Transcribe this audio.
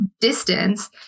distance